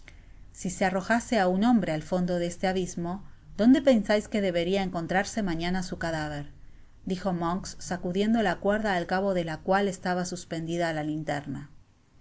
si se arrojase á un hombre al fondo de este abismo donde pensais que deberia encontrarse mañana su cadáver dijo monks sacudiendo a cuerda al cabo de la cual estaba suspendida la linterna